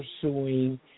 pursuing